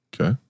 Okay